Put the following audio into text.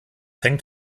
hängt